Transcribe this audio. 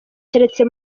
keretse